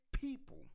people